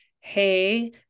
Hey